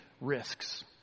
risks